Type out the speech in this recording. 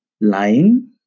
lying